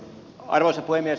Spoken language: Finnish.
arvoisa puhemies